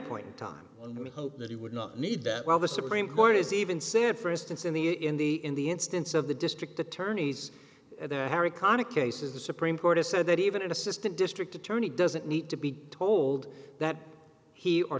point in time only hope that he would not need that while the supreme court is even sad for instance in the in the in the instance of the district attorney's there harry connick cases the supreme court has said that even an assistant district attorney doesn't need to be told that he or